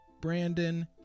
Brandon